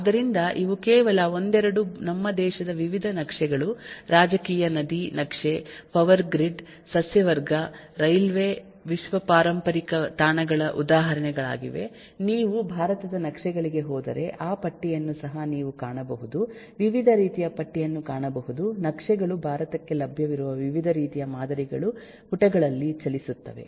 ಆದ್ದರಿಂದ ಇವು ಕೇವಲ ಒಂದೆರಡು ನಮ್ಮ ದೇಶದ ವಿವಿಧ ನಕ್ಷೆಗಳು ರಾಜಕೀಯ ನದಿ ನಕ್ಷೆ ಪವರ್ ಗ್ರಿಡ್ ಸಸ್ಯವರ್ಗ ರೈಲ್ವೆ ವಿಶ್ವ ಪಾರಂಪರಿಕ ತಾಣಗಳ ಉದಾಹರಣೆಗಳಾಗಿವೆ ನೀವು ಭಾರತದ ನಕ್ಷೆಗಳಿಗೆ ಹೋದರೆ ಆ ಪಟ್ಟಿಯನ್ನು ಸಹ ನೀವು ಕಾಣಬಹುದು ವಿವಿಧ ರೀತಿಯ ಪಟ್ಟಿಯನ್ನು ಕಾಣಬಹುದು ನಕ್ಷೆಗಳು ಭಾರತಕ್ಕೆ ಲಭ್ಯವಿರುವ ವಿವಿಧ ರೀತಿಯ ಮಾದರಿಗಳು ಪುಟಗಳಲ್ಲಿ ಚಲಿಸುತ್ತವೆ